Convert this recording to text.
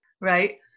Right